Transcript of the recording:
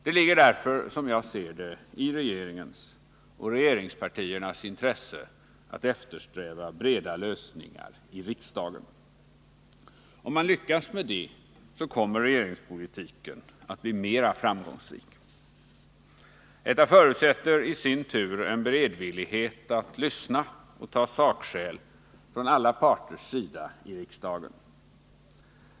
Det ligger därför, som jag ser det, i regeringens och regeringspartiernas intresse att eftersträva breda lösningar i riksdagen. Om man lyckas med det kommer regeringspolitiken att bli mera framgångsrik. Detta förutsätter i sin tur en beredvillighet från alla parters sida i riksdagen att lyssna och ta sakskäl.